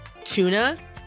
tuna